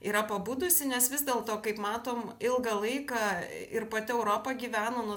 yra pabudusi nes vis dėlto kaip matom ilgą laiką ir pati europa gyveno nu